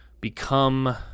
become